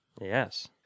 Yes